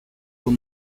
will